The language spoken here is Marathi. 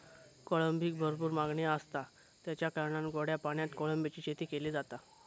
कोळंबीक भरपूर मागणी आसता, तेच्या कारणान गोड्या पाण्यात कोळंबीची शेती केली जाता